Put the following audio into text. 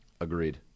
Agreed